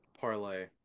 parlay